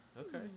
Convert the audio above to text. Okay